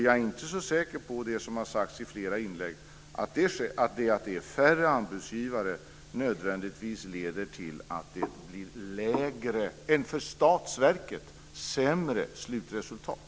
Jag är inte så säker på, som har sagts i flera inlägg, att färre anbudsgivare nödvändigtvis leder till ett för statsverket sämre slutresultat.